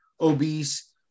obese